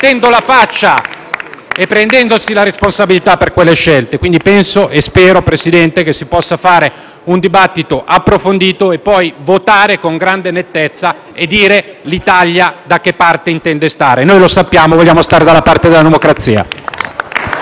e prendendosi la responsabilità per quelle scelte. *(Applausi dal Gruppo PD)*. Quindi spero, Presidente, che si possa fare un dibattito approfondito e poi votare con grande nettezza e dire da che parte intende stare l'Italia. Noi lo sappiamo: vogliamo stare dalla parte della democrazia.